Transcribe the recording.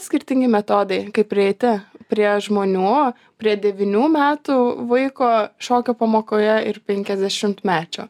skirtingi metodai kaip prieiti prie žmonių prie devynių metų vaiko šokio pamokoje ir penkiasdešimtmečio